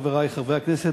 חברי חברי הכנסת,